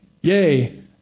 Yay